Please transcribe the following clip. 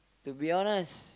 to be honest